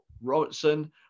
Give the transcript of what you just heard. Robertson